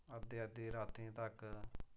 अद्धी अद्धी रातीं तक